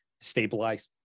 stabilize